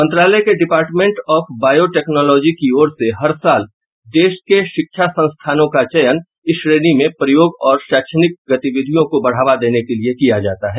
मंत्रालय के department of biotechnology की ओर से हर साल देश के शिक्षा संस्थानों का चयन इस श्रेणी में प्रयोग और शैक्षणिक गतिविधियों को बढ़ावा देने के लिए किया जाता है